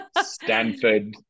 Stanford